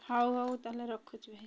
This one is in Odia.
ହଉ ହଉ ତା'ହେଲେ ରଖୁଛି ଭାଇ